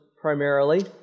primarily